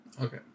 Okay